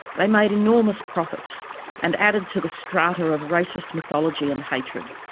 they made enormous profits and added to the strata of racist mythology and hatred.